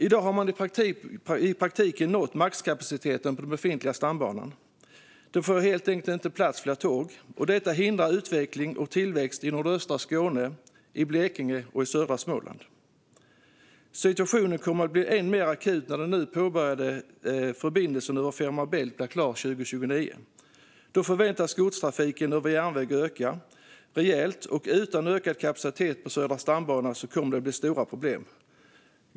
I dag har man i praktiken nått maxkapaciteten på den befintliga stambanan. Det får helt enkelt inte plats fler tåg. Detta hindrar utveckling och tillväxt i nordöstra Skåne, i Blekinge och i södra Småland. Situationen kommer att bli än mer akut när den nu påbörjade förbindelsen över Fehmarn Bält blir klar 2029. Då förväntas godstrafiken med järnväg öka rejält. Och utan ökad kapacitet på Södra stambanan kommer det att bli stora problem.